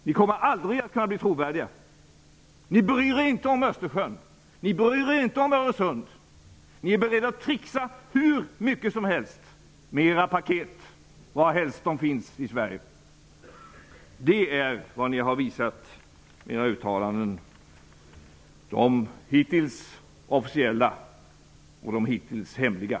Ni kommer aldrig att kunna bli trovärdiga! Ni bryr er inte om Östersjön! Ni bryr er inte om Öresund! Ni är beredda att tricksa hur mycket som helst med era paket varhelst de finns i Sverige! Det är vad ni har visat med era uttalanden -- de hittills officiella och de hittills hemliga.